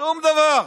שום דבר.